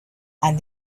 and